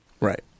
Right